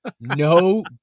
no